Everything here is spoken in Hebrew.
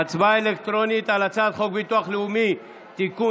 ההצבעה אלקטרונית על הצעת חוק ביטוח לאומי (תיקון,